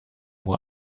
uhr